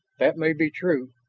that may be true,